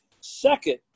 Second